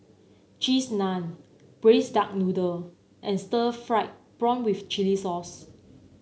Cheese Naan Braised Duck Noodle and Stir Fried Prawn with Chili Sauce